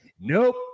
Nope